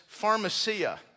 pharmacia